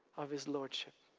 of his lordship